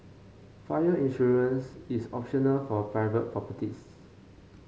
fire insurance is optional for private properties